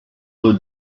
were